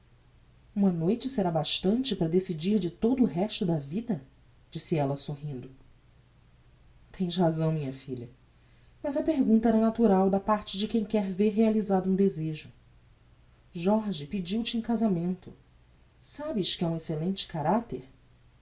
uma noite será bastante para decidir de todo o resto da vida disse ella sorrindo tens razão minha filha mas a pergunta era natural da parte de quem quer ver realizado um desejo jorge pediu te em casamento sabes que é um excellente caracter